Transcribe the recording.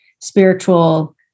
spiritual